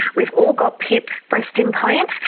we've all got pip breast implants.